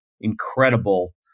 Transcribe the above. incredible